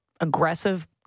aggressive